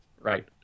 Right